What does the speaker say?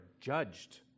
judged